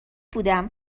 بودم